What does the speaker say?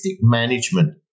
management